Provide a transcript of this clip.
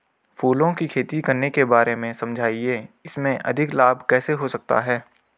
फूलों की खेती करने के बारे में समझाइये इसमें अधिक लाभ कैसे हो सकता है?